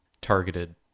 targeted